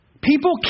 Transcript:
People